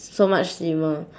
so much slimmer